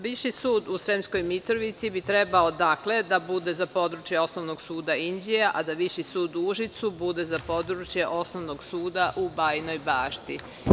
Viši sud u Sremskoj Mitrovici bi trebao da bude za područje Osnovnog suda Inđije, a da Viši sud u Užicu bude za područje Osnovnog suda u Bajinoj Bašti.